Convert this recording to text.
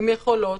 עם יכולות,